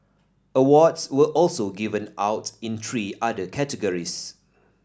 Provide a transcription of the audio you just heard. awards were also given out in three other categories